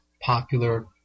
popular